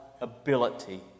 ability